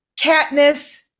Katniss